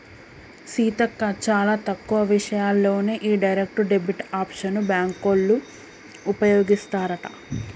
సీతక్క చాలా తక్కువ విషయాల్లోనే ఈ డైరెక్ట్ డెబిట్ ఆప్షన్ బ్యాంకోళ్ళు ఉపయోగిస్తారట